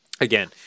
again